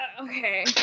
Okay